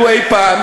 בעת ההצבעה.